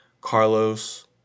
Carlos